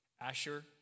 Asher